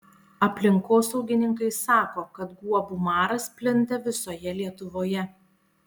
aplinkosaugininkai sako kad guobų maras plinta visoje lietuvoje